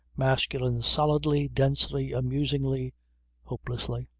masculine solidly, densely, amusingly hopelessly.